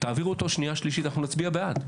לקריאה שנייה ושלישית, אנחנו נצביע בעד.